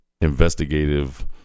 investigative